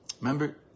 Remember